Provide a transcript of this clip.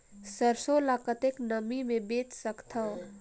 सरसो ल कतेक नमी मे बेच सकथव?